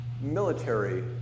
military